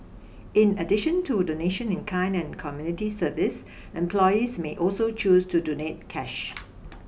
in addition to donation in kind and community service employees may also choose to donate cash